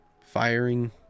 firing